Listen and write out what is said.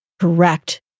correct